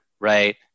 Right